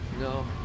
No